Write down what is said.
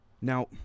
Now